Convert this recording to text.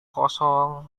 kosong